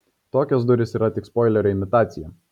tokios durys yra tik spoilerio imitacija